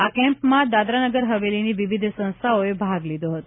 આ કેમ્પમાં દાદરાનગર હવેલીની વિવિધ સંસ્થાઓએ ભાગ લીધો હતો